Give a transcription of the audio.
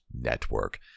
Network